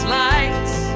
lights